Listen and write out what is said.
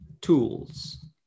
tools